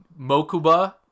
Mokuba